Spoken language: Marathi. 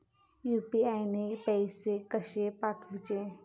यू.पी.आय ने पैशे कशे पाठवूचे?